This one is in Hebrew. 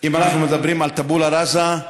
אם אנחנו מדברים על טבולה רסה,